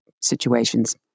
situations